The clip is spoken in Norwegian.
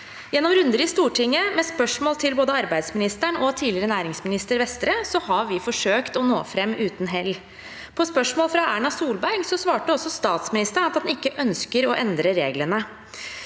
Gjennom runder i Stortinget, med spørsmål til både arbeidsministeren og tidligere næringsminister Vestre, har vi forsøkt å nå fram – uten hell. På spørsmål fra Erna Solberg svarte også statsministeren at han ikke ønsker å endre reglene.